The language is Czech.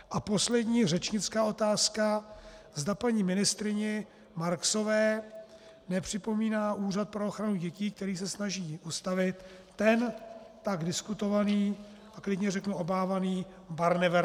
A poslední, řečnická otázka, zda paní ministryni Marksové nepřipomíná úřad pro ochranu dětí, který se snaží ustavit, ten tak diskutovaný a klidně řeknu obávaný Barnevern.